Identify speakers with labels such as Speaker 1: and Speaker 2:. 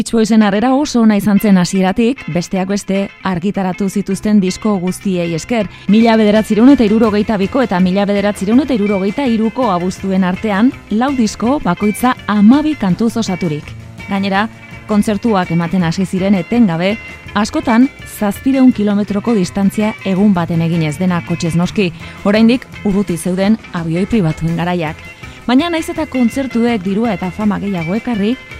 Speaker 1: Beach Boysen harrera oso ona izan zen hasieratik, besteak beste argitaratu zituzten disko guztiei esker. Mila bederatzirunete hirurogeita biko eta mila bederatzirunete hirurogeita hiruko abuztuen artean, lau disko bakoitza hamabi kantuz osaturik. Gainera, kontzertuak ematen hasi ziren etengabe, askotan zazpirehun kilometroko distantzia egun baten eginez denak kotxez noski. Oraindik urruti zeuden avioi pribatuen garaiak. Baina nahiz eta kontzertuek dirua eta fama gehiago ekarri,